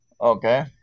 Okay